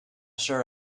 sure